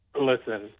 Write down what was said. Listen